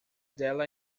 dela